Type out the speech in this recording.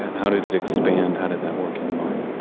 how did it expand? how did that work in your mind?